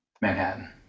Manhattan